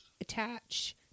attach